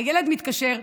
הילד מתקשר,